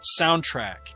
soundtrack